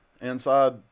inside